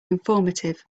informative